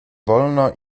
wolno